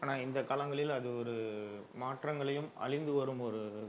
ஆனால் இந்த காலங்களில் அது ஒரு மாற்றங்களையும் அழிந்து வரும் ஒரு